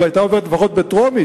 אם היתה עוברת לפחות בטרומית,